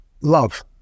Love